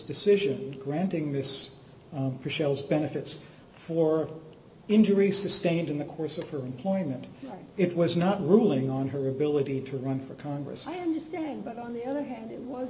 decision granting this shows benefits for injuries sustained in the course of her employment it was not ruling on her ability to run for congress i understand but on the other hand it was